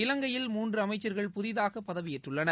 இவங்கையில் மூன்று அமைச்சர்கள் புதிதாக பதவியேற்றுள்ளனர்